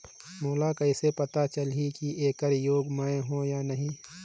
मोला कइसे पता चलही की येकर योग्य मैं हों की नहीं?